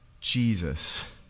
Jesus